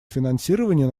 финансирования